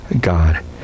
God